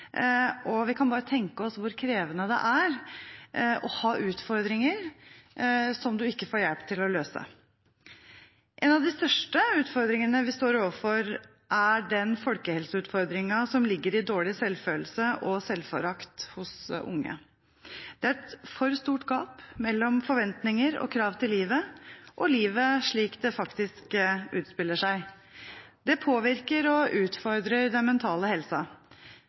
og vi kan bare tenke oss hvor krevende det er å ha utfordringer som en ikke får hjelp til å løse. En av de største utfordringene vi står overfor, er den folkehelseutfordringen som ligger i dårlig selvfølelse og selvforakt hos unge. Det er et for stort gap mellom forventninger og krav til livet og livet slik det faktisk utspiller seg. Det påvirker og utfordrer